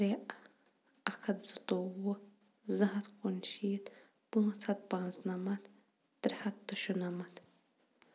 ترٛےٚ اکھ ہتھ زٕتووُہ زٕ ہَتھ کُن شیٖتھ پانٛژھ ہتھ پانٛژھ نَمَتھ ترٛےٚ ہتھ تہٕ شُنَمَتھ